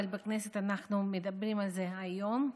אבל בכנסת אנחנו מדברים על זה היום.